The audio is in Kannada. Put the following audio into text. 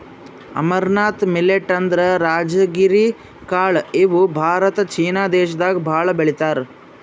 ಅಮರ್ನಾಥ್ ಮಿಲ್ಲೆಟ್ ಅಂದ್ರ ರಾಜಗಿರಿ ಕಾಳ್ ಇವ್ ಭಾರತ ಚೀನಾ ದೇಶದಾಗ್ ಭಾಳ್ ಬೆಳಿತಾರ್